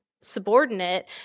subordinate